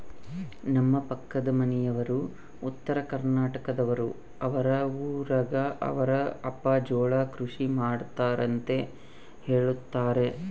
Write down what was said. ನಮ್ಮ ಪಕ್ಕದ ಮನೆಯವರು ಉತ್ತರಕರ್ನಾಟಕದವರು, ಅವರ ಊರಗ ಅವರ ಅಪ್ಪ ಜೋಳ ಕೃಷಿ ಮಾಡ್ತಾರೆಂತ ಹೇಳುತ್ತಾರೆ